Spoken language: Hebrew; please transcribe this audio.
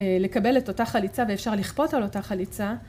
‫לקבל את אותה חליצה ‫ואפשר לכפות על אותה חליצה.